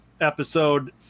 episode